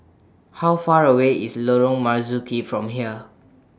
How Far away IS Lorong Marzuki from here